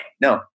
No